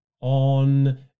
on